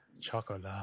chocolate